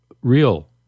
real